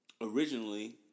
originally